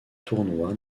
tournois